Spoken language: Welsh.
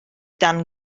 dan